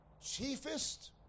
Chiefest